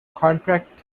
contract